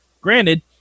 Granted